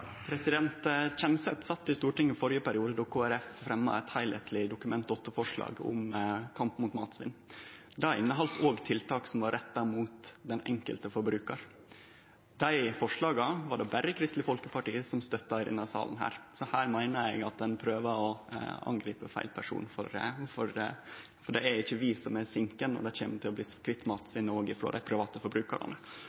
eit heilskapleg Dokument 8-forslag om kamp mot matsvinn. Det inneheldt òg tiltak som var retta mot den enkelte forbrukaren. Dei forslaga var det berre Kristeleg Folkeparti som støtta i denne salen, så her meiner eg at ein prøver å angripe feil person, for det er ikkje vi som er sinkene når det kjem til å bli